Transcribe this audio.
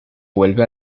vuelve